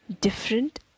different